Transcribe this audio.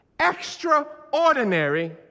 extraordinary